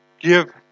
Give